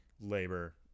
labor